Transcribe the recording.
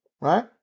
right